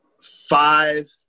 five